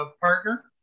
partner